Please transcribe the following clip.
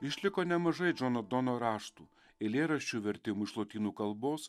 išliko nemažai džono dono raštų eilėraščių vertimų iš lotynų kalbos